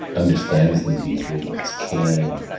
understands them deeply, is caring,